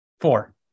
Four